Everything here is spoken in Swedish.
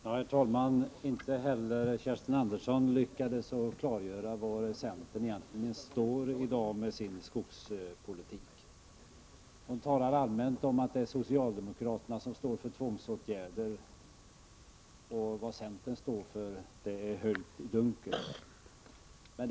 Herr talman! Inte heller Kerstin Andersson lyckades att klargöra var centern egentligen står i dag när det gäller skogspolitiken. Hon talade allmänt om att det är socialdemokraterna som står för tvångsåtgärder. Vad centern står för är höljt i dunkel.